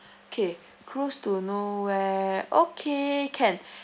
okay cruise to nowhere okay can